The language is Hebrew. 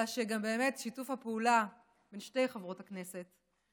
אלא ששיתוף הפעולה בין שתי חברות הכנסת,